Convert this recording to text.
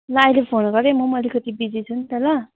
ल अहिले फोन गर है म पनि अलिकति बिजी छु नि त ल